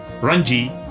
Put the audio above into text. Ranji